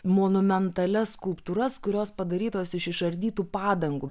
monumentalias skulptūras kurios padarytos iš išardytų padangų